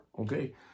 Okay